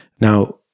now